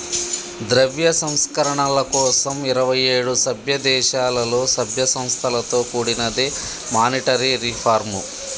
ద్రవ్య సంస్కరణల కోసం ఇరవై ఏడు సభ్యదేశాలలో, సభ్య సంస్థలతో కూడినదే మానిటరీ రిఫార్మ్